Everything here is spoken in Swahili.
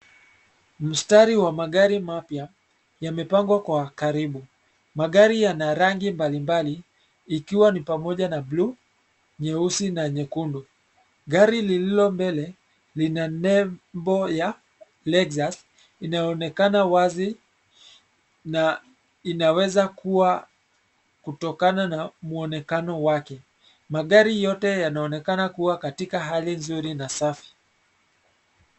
Mstari wa magari mapya, yamepangwa kwa karibu. Magari yana rangi mbalimbali, ikiwa ni pamoja na bluu, nyeusi, na nyekundu. Gari lililo mbele, lina lebo ya Lexus, inayoonekana wazi, na inaweza kuwa kutokana na muonekano wake. Magari yote yanaonekana kuwa katika hali nzuri na safi.